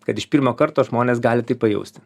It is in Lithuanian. kad iš pirmo karto žmones gali tai pajausti